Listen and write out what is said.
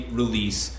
release